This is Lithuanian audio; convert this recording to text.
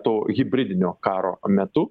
to hibridinio karo metu